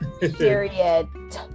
Period